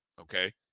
Okay